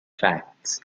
facts